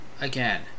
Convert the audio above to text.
again